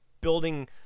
building